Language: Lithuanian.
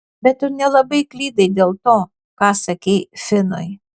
bet tu nelabai klydai dėl to ką sakei finui